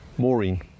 Maureen